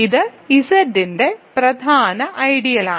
ഇത് ഇസഡിന്റെ പ്രധാന ഐഡിയലാണ്